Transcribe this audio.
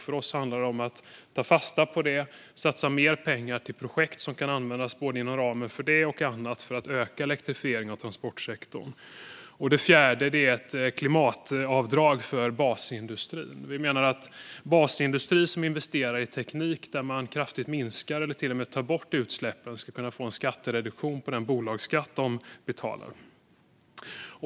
För oss handlar det om att ta fasta på det och satsa mer pengar på projekt som kan användas både inom ramen för det och till annat för att öka elektrifieringen av transportsektorn. Den fjärde delen är ett klimatavdrag för basindustrin. Vi menar att basindustri som investerar i teknik som kraftigt minskar eller till och med tar bort utsläppen ska kunna få en skattereduktion på den bolagsskatt man betalar.